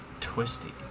twisty